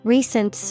Recent